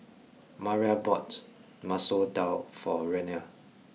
Mariah bought Masoor Dal for Reyna